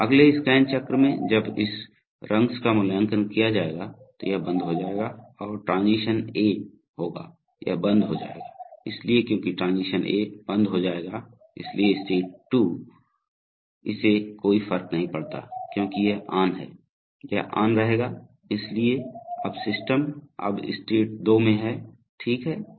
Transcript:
तो अगले स्कैन चक्र में जब इस रंगस का मूल्यांकन किया जाएगा तो यह बंद हो जाएगा और ट्रांजीशन ए होगा यह बंद हो जाएगा इसलिए क्योंकि ट्रांजीशन ए बंद हो जाएगा इसलिए स्टेट 2 इसे कोई फर्क नहीं पड़ता क्योंकि यह ऑन है यह ऑन रहेगा इसलिए अब सिस्टम अब स्टेट 2 में है ठीक है